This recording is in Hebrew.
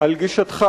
על גישתך